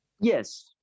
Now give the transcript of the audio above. Yes